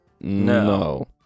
No